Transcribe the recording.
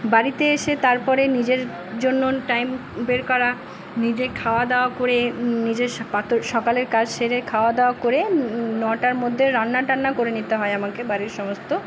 বাড়িতে এসে তারপরে নিজের জন্য টাইম বের করা নিজে খাওয়া দাওয়া করে নিজের সকালের কাজ সেরে খাওয়া দাওয়া করে নটার মধ্যে রান্না টান্না করে নিতে হয় আমাকে বাড়ির সমস্ত